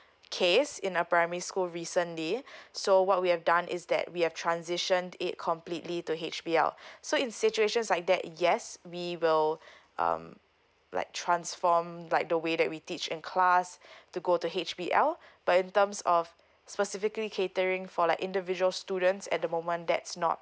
case in a primary school recently so what we have done is that we have transitioned to it completely to H_B_L so in situations like that yes we will um like transform like the way that we teach in class to go to H_B_L but in terms of specifically catering for like individual student at the moment that's not